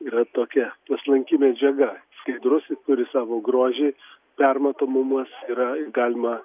yra tokia paslanki medžiaga skaidrus ir turi savo grožį permatomumas yra galima